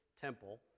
temple